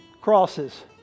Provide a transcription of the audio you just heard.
crosses